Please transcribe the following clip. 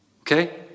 Okay